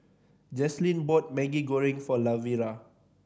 Jaslyn bought Maggi Goreng for Lavera